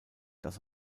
das